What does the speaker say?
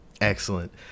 Excellent